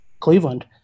Cleveland